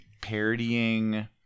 parodying